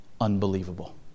unbelievable